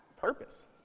purpose